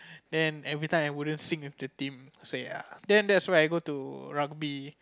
then every time I wouldn't sing with the team so ya then that's where I go to rugby